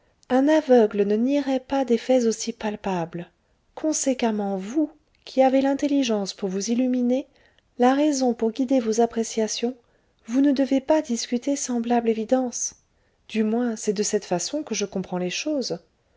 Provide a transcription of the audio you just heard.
un aveugle ne nierait pas des faits aussi palpables conséquemment vous qui avez l'intelligence pour vous illuminer la raison pour guider vos appréciations vous ne devez pas discuter semblable évidence du moins c'est de cette façon que je comprends les choses